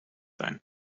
sein